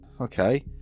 Okay